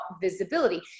visibility